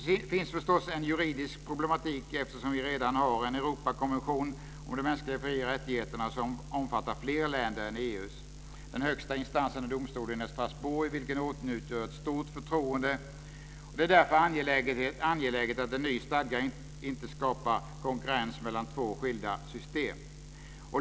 Det finns förstås en juridisk problematik, eftersom vi redan har en Europakonvention om de mänskliga fri och rättigheterna som omfattar fler länder än EU:s. Den högsta instansen är domstolen i Strasbourg, vilken åtnjuter ett stort förtroende. Det är därför angeläget att en ny stadga inte skapar konkurrens mellan två skilda system.